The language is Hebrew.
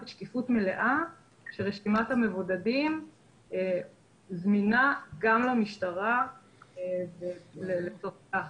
שקיפות מלאה שרשימת המבודדים זמינה גם למשטרה לצורכי אכיפה.